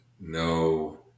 no